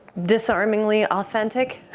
disarmingly authentic